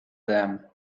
them